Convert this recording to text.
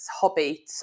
hobby